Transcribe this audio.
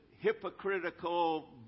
hypocritical